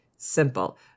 simple